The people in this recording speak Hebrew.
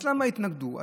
אז למה התנגדו?